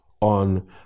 on